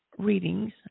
readings